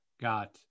got